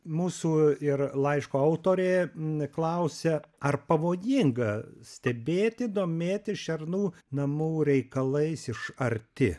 mūsų ir laiško autorė n klausia ar pavojinga stebėti domėtis šernų namų reikalais iš arti